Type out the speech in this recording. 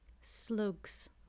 slugs